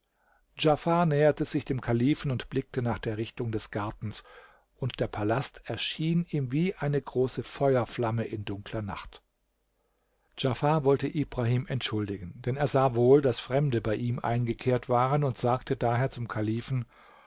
djafar näherte sich dem kalifen und blickte nach der richtung des gartens und der palast erschien ihm wie eine große feuerflamme in dunkler nacht djafar wollte ibrahim entschuldigen denn er sah wohl daß fremde bei ihm eingekehrt waren und sagte daher zum kalifen